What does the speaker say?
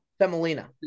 Semolina